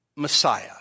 Messiah